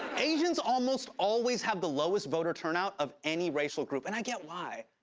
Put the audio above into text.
asians almost always have the lowest voter turnout of any racial group, and i get why.